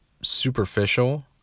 Superficial